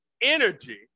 energy